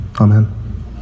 Amen